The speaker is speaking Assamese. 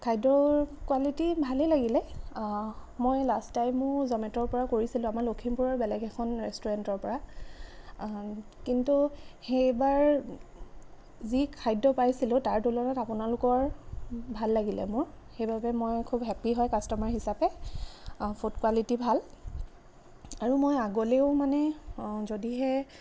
খাদ্যৰ কোৱালিটী ভালেই লাগিলে মই লাষ্ট টাইমো জমেটোৰ পৰা কৰিছিলোঁ আমাৰ লখিমপুৰৰ বেলেগ এখন ৰেষ্টুৰেণ্টৰ পৰা কিন্তু সেইবাৰ যি খাদ্য পাইছিলোঁ তাৰ তুলনাত আপোনালোকৰ ভাল লাগিলে মোৰ সেইবাবে মই খুব হেপ্পী হয় কাষ্ট'মাৰ হিচাপে ফুড কোৱালিটী ভাল আৰু মই আগলৈও মানে যদিহে